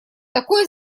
такой